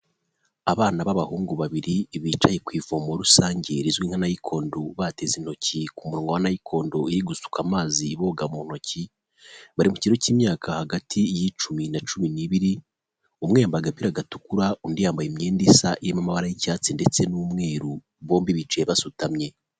Abana b'abahungu babiri bicaye ku ivomo rusange rizwi nka nayikondo bateze intoki ku munwa wa nayikondo, uri gusuka amazi boga mu ntoki bari mu kigero cy'imyaka hagati y' icumi na cumi n'ibiri, umwe yambaye agapira gatukura undi yambaye imyenda isa n'amabara y'icyatsi, ndetse n'umweru bombi bicaye basutamye .